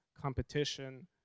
competition